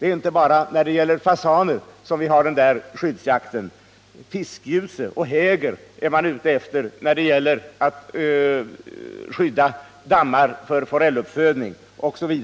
Skyddsjakten gäller inte bara för fasaner. Fiskgjuse och häger är man också ute efter när det gäller att skydda dammar för forelluppfödning osv.